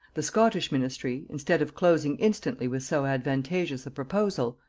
the scottish ministry, instead of closing instantly with so advantageous a proposal,